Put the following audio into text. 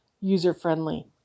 user-friendly